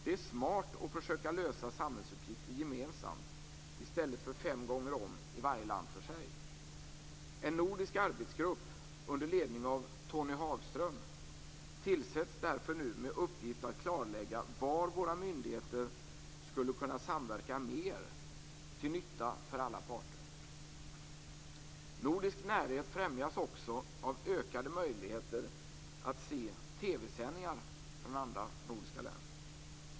Det är smart att försöka lösa samhällsuppgifter gemensamt i stället för fem gånger om i varje land för sig. En nordisk arbetsgrupp under ledning av Tony Hagström tillsätts nu med uppgift att klarlägga var våra myndigheter skulle kunna samverka mer till nytta för alla parter. Nordisk närhet främjas också av ökade möjligheter att se TV-sändningar från andra nordiska länder.